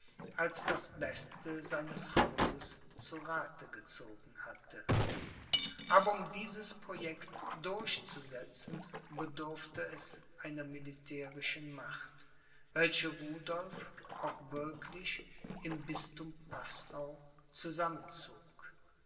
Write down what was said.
als das beste seines hauses zu rath gezogen hatte aber um dieses projekt durchzusetzen bedurfte es einer militärischen macht welche rudolph auch wirklich im bisthum passau zusammenzog